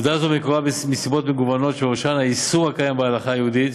עובדה זו מקורה בסיבות מגוונות שבראשן האיסור הקיים בהלכה היהודית